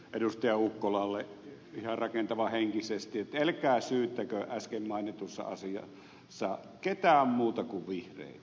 ukkolalle ihan rakentavahenkisesti että älkää syyttäkö äsken mainitussa asiassa ketään muita kuin vihreitä